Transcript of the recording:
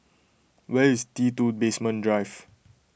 where is T two Basement Drive